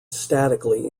statically